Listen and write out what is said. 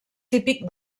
típic